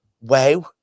wow